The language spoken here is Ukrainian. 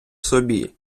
собі